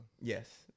Yes